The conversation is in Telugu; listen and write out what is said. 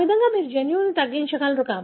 ఆ విధంగా మీరు జన్యువును తగ్గించగలరు